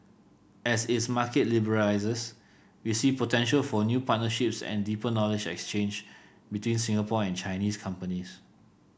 as its market liberalises we see potential for new partnerships and deeper knowledge exchange between Singapore and Chinese companies